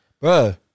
bro